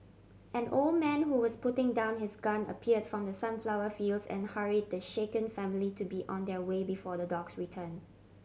an old man who was putting down his gun appear from the sunflower fields and hurry the shaken family to be on their way before the dogs return